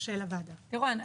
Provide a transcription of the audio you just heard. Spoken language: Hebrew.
לירון,